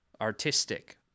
artistic